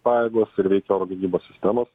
pajėgos ir veikia oro gynybos sistemos